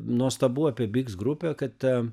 nuostabu apie biks grupę kad